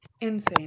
insane